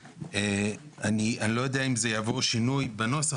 אני לא יודע אם זה יעבור שינוי בנוסח,